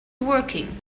working